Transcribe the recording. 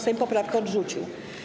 Sejm poprawkę odrzucił.